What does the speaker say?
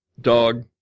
dog